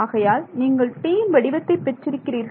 ஆகையால் நீங்கள் Tயின் வடிவத்தை பெற்றிருக்கிறீர்கள்